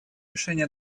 решение